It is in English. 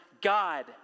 God